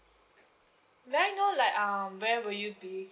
may I know like um where will you be